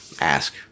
ask